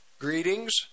Greetings